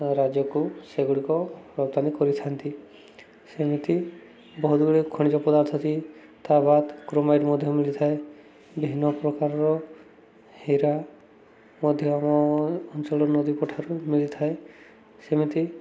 ରାଜ୍ୟକୁ ସେଗୁଡ଼ିକ ରପ୍ତାନି କରିଥାନ୍ତି ସେମିତି ବହୁତ ଗୁଡ଼ିଏ ଖଣିଜ ପଦାର୍ଥ ଅଛି ତା ବାଦ୍ କ୍ରୋମାଇଟ୍ ମଧ୍ୟ ମିଳିଥାଏ ବିଭିନ୍ନ ପ୍ରକାରର ହୀରା ମଧ୍ୟ ଆମ ଅଞ୍ଚଳର ନଦୀଙ୍କଠାରୁ ମିଳିଥାଏ ସେମିତି